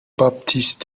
باپتیست